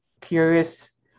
curious